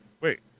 wait